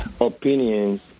opinions